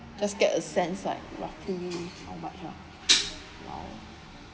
just get a sense like roughly how much ah !wow!